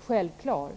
självklart.